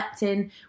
leptin